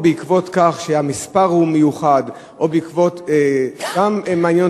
או בעקבות כך שהמספר הוא מיוחד או בעקבות שסתם מעניין